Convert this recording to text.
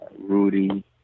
Rudy